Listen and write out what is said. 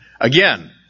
Again